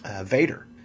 Vader